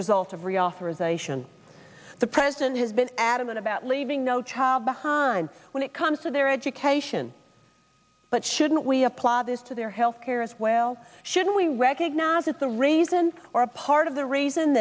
reauthorization the president has been adamant about leaving no child behind when it comes to their education but shouldn't we apply this to their health care as well should we recognize that the reasons are a part of the reason